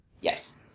Yes